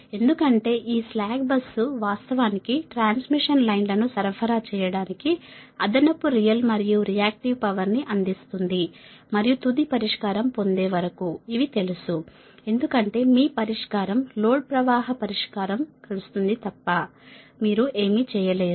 ఎందుకంటే ఈ slack bus వాస్తవానికి ట్రాన్స్మిషన్ లైన్ లను సరఫరా చేయడానికి అదనపు రియల్ మరియు రియాక్టివ్ పవర్ ని అందిస్తుంది మరియు తుది పరిష్కారం పొందే వరకు ఇవి తెలుసు ఎందుకంటే మీ పరిష్కారం లోడ్ ప్రవాహ పరిష్కారం కలుస్తుంది తప్ప మీరు ఏమీ చేయలేరు